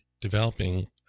developing